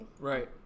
Right